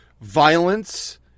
violence